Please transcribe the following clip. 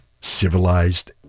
Civilized